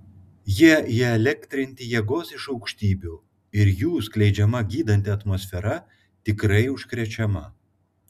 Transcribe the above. jie įelektrinti jėgos iš aukštybių ir jų skleidžiama gydanti atmosfera tikrai užkrečiama